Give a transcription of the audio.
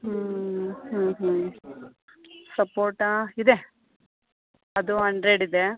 ಹ್ಞೂ ಹ್ಞೂ ಹ್ಞೂ ಸಪೋಟ ಇದೆ ಅದೂ ಅಂಡ್ರೆಡ್ ಇದೆ